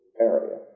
area